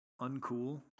uncool